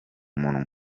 munwa